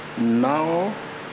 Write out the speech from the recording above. now